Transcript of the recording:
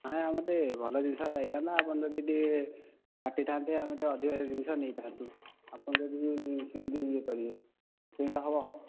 ନାଇ ଆମର ଟିକେ ଭଲ ଜିନିଷ ଯାଇଥାନ୍ତା ଆପଣ ଯଦି ଟିକେ କାଟି ଥାଆନ୍ତେ ଆମେ ଟିକେ ଅଧିକା ଜିନିଷ ନେଇଥାନ୍ତୁ ଆପଣ ଯଦି ସେମିତି ଇଏ କରିବେ କେମିତି ହେବ